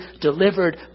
delivered